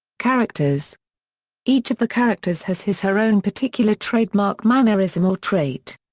characters each of the characters has his her own particular trademark mannerism or trait.